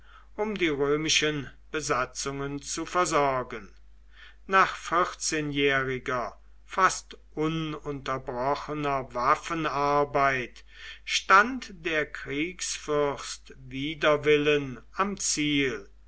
um die römischen besatzungen zu versorgen nach vierzehnjähriger fast ununterbrochener waffenarbeit stand der kriegsfürst wider willen am ziel